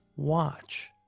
Watch